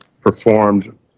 performed